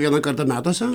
vieną kartą metuose